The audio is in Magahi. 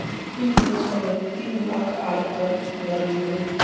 ई वर्ष हम्मे तीन लाख आय कर भरली हई